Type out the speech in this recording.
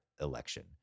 election